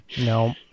No